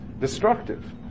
destructive